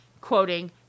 quoting